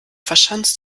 verschanzt